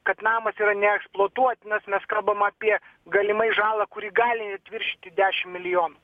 kad namas yra neeksploatuotinas mes kalbam apie galimai žalą kuri gali net viršyti dešimt milijonų